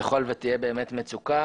ככל שתהיה מצוקה,